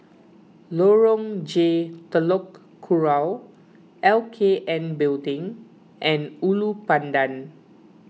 Lorong J Telok Kurau L K N Building and Ulu Pandan